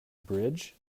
bridge